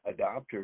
adopter